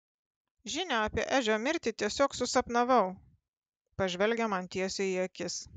žinią apie edžio mirtį tiesiog susapnavau pažvelgia man tiesiai į akis